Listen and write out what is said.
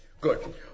Good